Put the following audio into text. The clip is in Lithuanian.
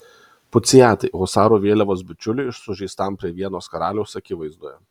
puciatai husarų vėliavos bičiuliui sužeistam prie vienos karaliaus akivaizdoje